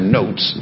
notes